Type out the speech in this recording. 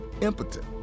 impotent